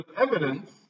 evidence